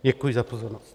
Děkuji za pozornost.